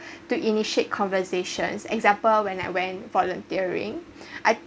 to initiate conversations example when I went for volunteering I